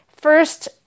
First